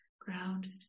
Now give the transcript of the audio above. grounded